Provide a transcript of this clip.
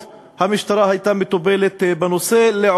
המשטרה הייתה מטפלת בנושא בתוך כמה שעות.